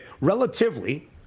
relatively